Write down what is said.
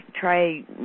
try